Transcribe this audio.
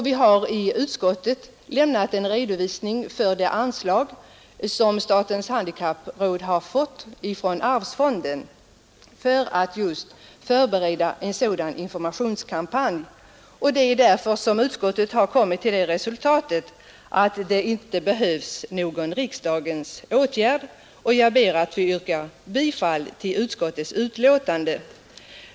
Vi har i utskottet lämnat en redovisning för det anslag som statens handikappråd har fått från arvsfonden för att förbereda en informationskampanj. Det är därför utskottet har kommit till det resultatet, att det inte behövs någon riksdagens åtgärd, och jag ber att få yrka bifall till utskottets hemställan.